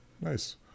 Nice